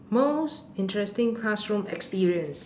most interesting classroom experience